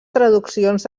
traduccions